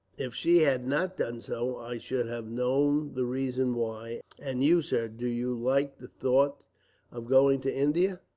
if she had not done so, i should have known the reason why. and you, sir, do you like the thought of going to india?